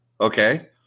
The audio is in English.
okay